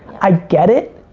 i get it,